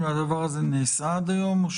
והדבר הזה נעשה עד היום?